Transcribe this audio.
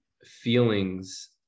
feelings